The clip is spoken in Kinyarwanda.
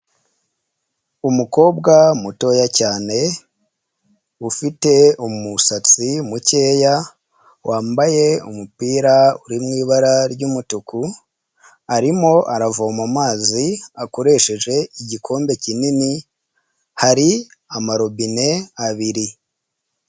Umukobwa mutoya cyane ufite umusatsi mukeya, wambaye umupira uri mu ibara ry'umutuku, arimo aravoma amazi akoresheje igikombe kinini hari amarobine abiri.